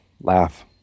laugh